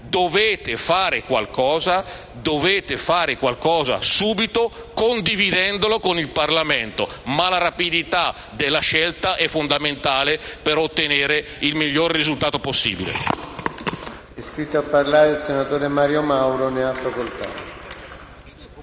non conosciamo. Dovete fare qualcosa subito, condividendolo con il Parlamento. La rapidità della scelta è fondamentale per ottenere il miglior risultato possibile.